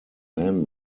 man